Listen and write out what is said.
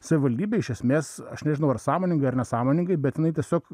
savivaldybė iš esmės aš nežinau ar sąmoningai ar nesąmoningai bet jinai tiesiog